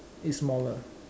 is smaller